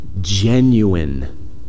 genuine